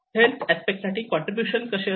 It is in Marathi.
हेल्थ अस्पेक्ट साठी कॉन्ट्रीब्युशन कसे असते